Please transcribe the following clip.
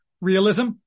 realism